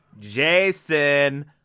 Jason